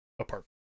apart